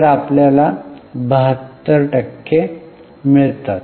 तर आपल्याला 72 टक्के मिळतात